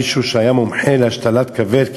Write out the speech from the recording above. מישהו שהיה מומחה להשתלת כבד,